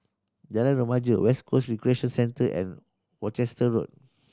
Jalan Remaja West Coast Recreation Centre and Worcester Road